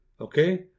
Okay